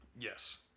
Yes